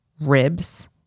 Ribs